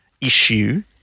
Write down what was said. issue